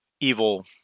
evil